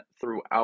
throughout